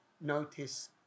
notice